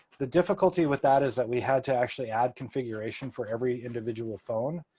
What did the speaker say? the difficulty with that is that we had to actually add configuration for every individual phone.